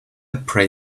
pray